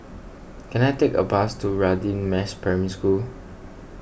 can I take a bus to Radin Mas Primary School